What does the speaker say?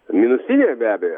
minusinė be abejo